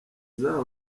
z’aba